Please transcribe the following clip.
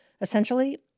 essentially